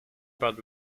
but